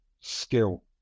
skill